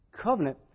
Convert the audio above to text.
Covenant